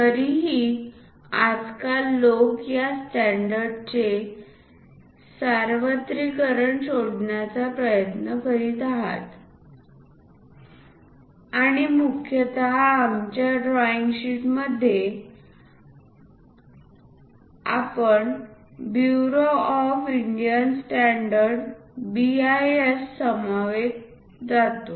तरीही आजकाल लोक या स्टॅण्डर्डचे सार्वत्रिकरण शोधण्याचा प्रयत्न करीत आहेत आणि मुख्यत आमच्या ड्रॉईंग शीटसाठी आपण ब्युरो ऑफ इंडियन स्टॅण्डर्ड समवेत जातो